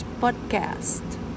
Podcast